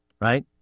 Right